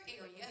area